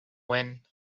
wind